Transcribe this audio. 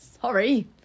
sorry